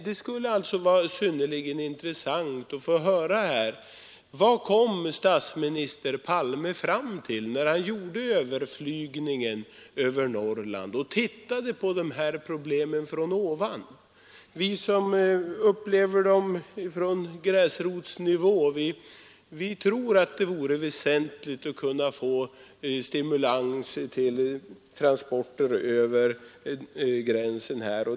Det skulle vara synnerligen intressant att få höra vilken uppfattning statsminister Palme kom fram till när han gjorde överflygningen över Norrland och tittade på de här problemen från ovan. Vi som upplever dem på gräsrotsnivå tror att det vore väsentligt att få stimulans till transporter över gränsen.